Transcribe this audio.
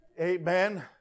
Amen